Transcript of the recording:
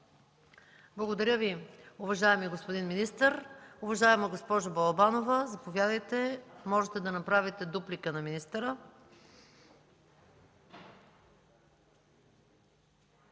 Благодаря Ви, уважаеми господин министър. Уважаема госпожо Балабанова, заповядайте, можете да направите дуплика на министъра.